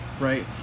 right